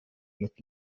mit